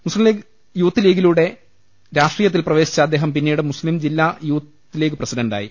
മുസ്ലീം youth ലീഗിലൂടെ രാഷ്ട്രീയത്തിൽ പ്രവേശിച്ച അദ്ദേഹം പിന്നീട് കണ്ണൂർ ജില്ലാ ലീഗ് യൂത്ത് പ്രസിഡന്റായി